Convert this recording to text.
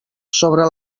sobre